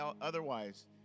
otherwise